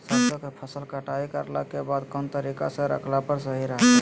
सरसों के फसल कटाई करला के बाद कौन तरीका से रखला पर सही रहतय?